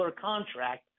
contract